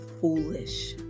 foolish